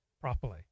properly